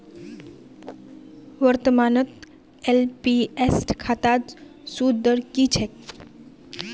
वर्तमानत एन.पी.एस खातात सूद दर की छेक